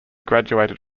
graduated